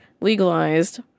legalized